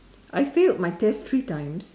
I failed my test three time